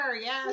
Yes